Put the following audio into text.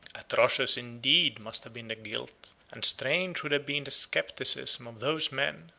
atrocious, indeed, must have been the guilt, and strange would have been the scepticism, of those men,